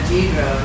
Pedro